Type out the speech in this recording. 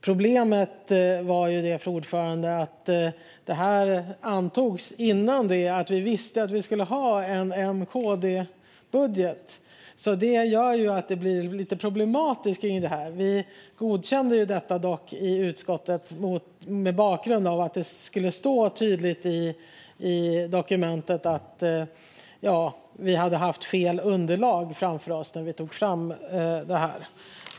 Problemet var dock, fru talman, att detta antogs innan vi visste att det skulle bli en M-KD-budget. Det gör det hela lite problematiskt. Vi godkände detta i utskottet mot bakgrund av att det tydligt skulle stå i dokumentet att vi hade haft fel underlag framför oss när vi tog fram detta.